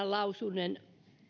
lausunnon